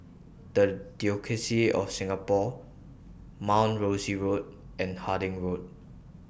The Diocese of Singapore Mount Rosie Road and Harding Road